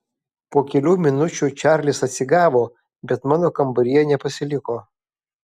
po kelių minučių čarlis atsigavo bet mano kambaryje nepasiliko